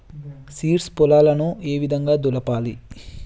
Seeds పొలాలను ఏ విధంగా దులపాలి?